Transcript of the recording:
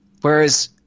Whereas